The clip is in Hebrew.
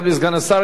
לסגן השר,